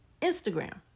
Instagram